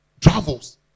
travels